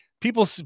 people